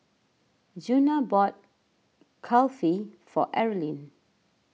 Djuna bought Kulfi for Erlene